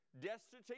destitute